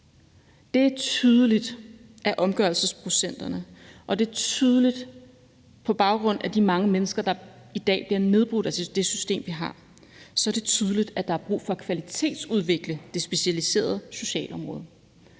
Det er tydeligt af omgørelsesprocenterne, og det er tydeligt på baggrund af de mange mennesker, der i dag bliver nedbrudt af det system, vi har, at der er brug for at kvalitetsudvikle det specialiserede socialområde.